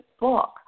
book